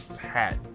Hat